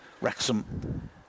Wrexham